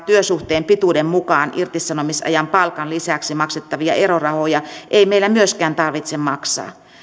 työsuhteen pituuden mukaan irtisanomisajan palkan lisäksi maksettavia erorahoja ei meillä myöskään tarvitse maksaa